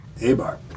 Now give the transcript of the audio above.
A-bar